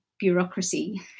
bureaucracy